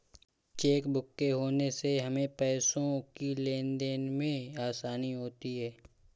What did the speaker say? chequebook के होने से हमें पैसों की लेनदेन में आसानी होती हैँ